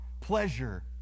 pleasure